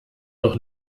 doch